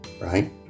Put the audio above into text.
right